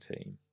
team